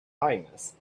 kindness